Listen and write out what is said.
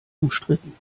umstritten